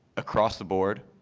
across the board,